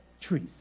trees